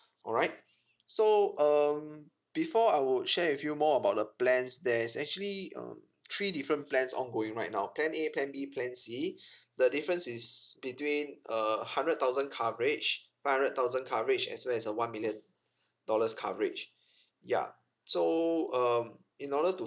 alright so um before I would share with you more about the plans there is actually um three different plans ongoing right now plan A plan B plan C the difference is between uh hundred thousand coverage five hundred thousand coverage as well as a one million dollars coverage ya so um in order to